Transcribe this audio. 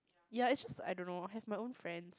ya I just I don't know I have my own friend